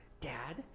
dad